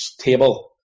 table